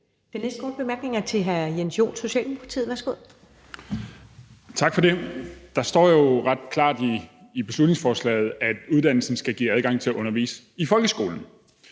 Den næste korte bemærkning er til hr. Jens Joel, Socialdemokratiet. Værsgo. Kl. 14:52 Jens Joel (S): Tak for det. Der står jo ret klart i beslutningsforslaget, at uddannelsen skal give adgang til at undervise i folkeskolen,